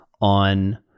on